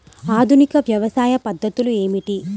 ఆధునిక వ్యవసాయ పద్ధతులు ఏమిటి?